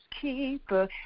keeper